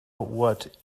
what